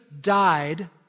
died